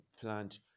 plant